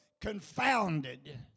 confounded